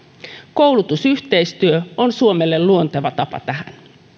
koulutusyhteistyö on suomelle luonteva tapa tähän